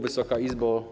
Wysoka Izbo!